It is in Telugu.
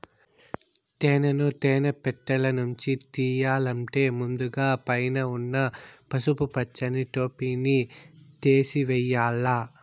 తేనెను తేనె పెట్టలనుంచి తియ్యల్లంటే ముందుగ పైన ఉన్న పసుపు పచ్చని టోపిని తేసివేయల్ల